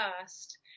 first